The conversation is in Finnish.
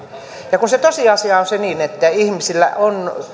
ja se tosiasia on se että ihmisillä on